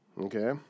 Okay